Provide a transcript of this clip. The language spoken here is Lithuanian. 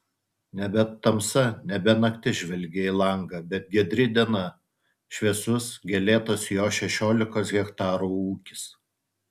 nebe tamsa nebe naktis žvelgė į langą bet giedri diena šviesus gėlėtas jo šešiolikos hektarų ūkis